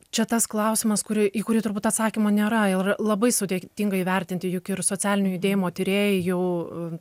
čia tas klausimas kurį į kurį turbūt atsakymo nėra ir labai sudėtinga įvertinti juk ir socialinių judėjimų tyrėjai jau